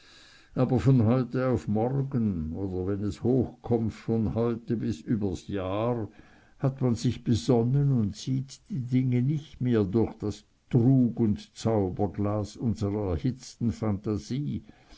aber von heute auf morgen oder wenn es hoch kommt von heute bis übers jahr hat man sich besonnen und sieht die dinge nicht mehr durch das trug und zauberglas unserer erhitzten phantasie